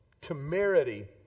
temerity